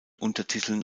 untertiteln